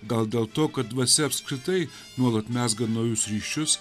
gal dėl to kad dvasia apskritai nuolat mezga naujus ryšius